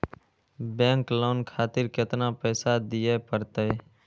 Bank loan खातीर केतना पैसा दीये परतें?